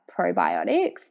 probiotics